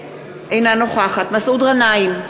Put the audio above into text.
אינה נוכחת מסעוד גנאים,